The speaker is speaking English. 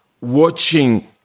watching